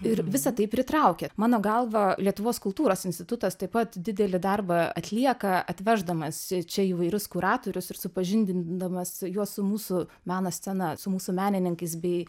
ir visa tai pritraukia mano galva lietuvos kultūros institutas taip pat didelį darbą atlieka atveždamas čia įvairius kuratorius ir supažindindamas juos su mūsų meno scena su mūsų menininkais bei